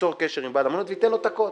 תיצור קשר עם בעל המנוי ותיתן לו את הקוד.